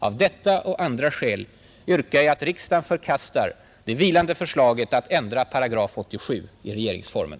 Av detta och andra skäl yrkar jag att riksdagen förkastar det vilande förslaget att ändra 87§ i regeringsformen.